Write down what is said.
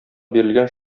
бирелгән